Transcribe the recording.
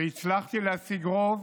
והצלחתי להשיג רוב